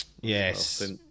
Yes